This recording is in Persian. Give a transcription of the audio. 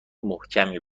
محکمی